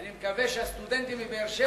אני מקווה שהסטודנטים מבאר-שבע,